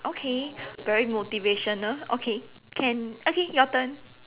okay very motivational okay can okay your turn